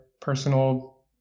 personal